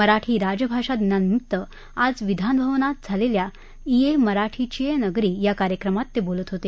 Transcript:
मराठी राजभाषा दिनानिमित्त आज विधानभवनात झालेल्या इये मराठीचीये नगरी या कार्यक्रमात ते बोलत होते